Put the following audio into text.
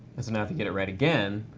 now if you get it right again.